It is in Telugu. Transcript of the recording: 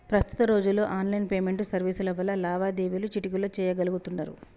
ప్రస్తుత రోజుల్లో ఆన్లైన్ పేమెంట్ సర్వీసుల వల్ల లావాదేవీలు చిటికెలో చెయ్యగలుతున్నరు